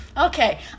Okay